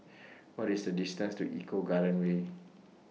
What IS The distance to Eco Garden Way